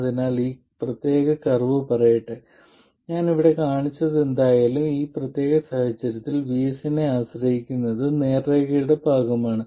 അതിനാൽ ഈ പ്രത്യേക കർവ് പറയട്ടെ ഞാൻ ഇവിടെ കാണിച്ചതെന്തായാലും ഈ പ്രത്യേക സാഹചര്യത്തിൽ VS നെ ആശ്രയിക്കുന്നത് നേർരേഖയുടെ ഭാഗമാണ്